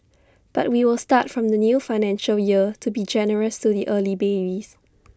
but we will start from the new financial year to be generous to the early babies